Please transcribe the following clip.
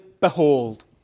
behold